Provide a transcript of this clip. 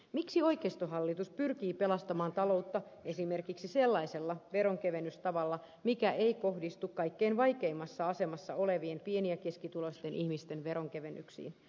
miksi oikeistohallitus pyrkii pelastamaan taloutta esimerkiksi sellaisella veronkevennystavalla mikä ei kohdistu kaikkein vaikeimmassa asemassa olevien pieni ja keskituloisten ihmisten veronkevennyksiin